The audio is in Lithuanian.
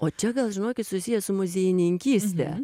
o čia gal žinokit susiję su muziejininkyste